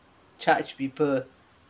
charge people